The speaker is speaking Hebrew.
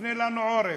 מפנה לנו עורף.